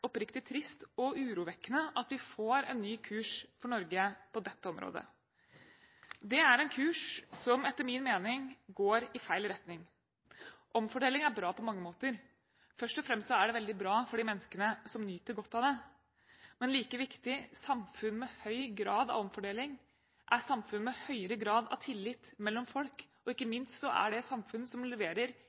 oppriktig trist og urovekkende at vi får en ny kurs for Norge på dette området. Det er en kurs som etter min mening går i feil retning. Omfordeling er bra på mange måter. Først og fremst er det veldig bra for de menneskene som nyter godt av det. Men like viktig, samfunn med høy grad av omfordeling er samfunn med høyere grad av tillit mellom folk, og ikke minst er det samfunn som leverer